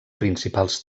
principals